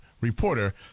reporter